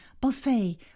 buffet